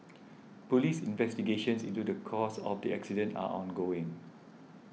police investigations into the cause of the accident are ongoing